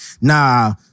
nah